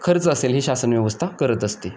खर्च असेल ही शासनव्यवस्था करत असते